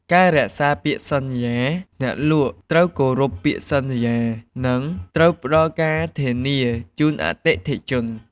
ការរក្សាពាក្យសន្យា អ្នកលក់ត្រូវគោរពពាក្យសន្យា និងត្រូវផ្តល់ការធានាជូនអតិថិជន។